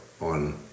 on